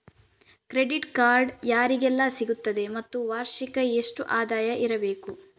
Credit card ಯಾರಿಗೆಲ್ಲ ಸಿಗುತ್ತದೆ ಮತ್ತು ವಾರ್ಷಿಕ ಎಷ್ಟು ಆದಾಯ ಇರಬೇಕು?